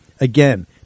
Again